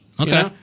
Okay